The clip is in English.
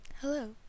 hello